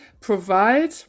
provide